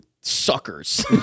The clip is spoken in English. suckers